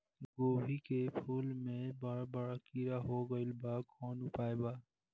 गोभी के फूल मे बड़ा बड़ा कीड़ा हो गइलबा कवन उपाय बा?